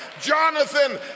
Jonathan